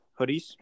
hoodies